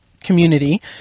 Community